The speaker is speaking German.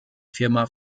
firma